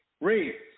Read